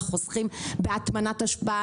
אנחנו חוסכים בהטמנת אשפה,